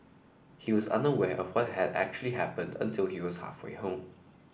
he was unaware of what had actually happened until he was halfway home